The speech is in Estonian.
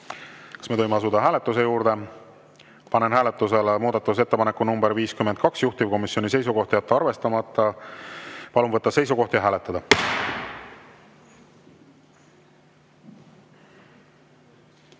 Kas me tohime asuda hääletuse juurde? Panen hääletusele muudatusettepaneku nr 72, juhtivkomisjoni seisukoht on jätta arvestamata. Palun võtta seisukoht ja hääletada!